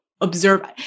observe